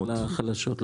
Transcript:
800 לחלשות,